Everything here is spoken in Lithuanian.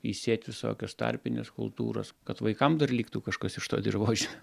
įsėt visokias tarpines kultūras kad vaikam dar liktų kažkas iš to dirvožemio